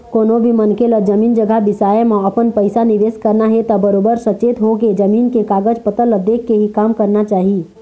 कोनो भी मनखे ल जमीन जघा बिसाए म अपन पइसा निवेस करना हे त बरोबर सचेत होके, जमीन के कागज पतर ल देखके ही काम करना चाही